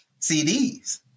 CDs